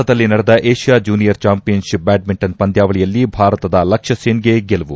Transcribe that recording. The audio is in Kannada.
ಜಕಾರ್ತ್ನಲ್ಲಿ ನಡೆದ Asia junior championship badminton ಪಂದ್ಯಾವಳಿಯಲ್ಲಿ ಭಾರತದ ಲಕ್ಷಸೇನ್ಗೆ ಗೆಲುವು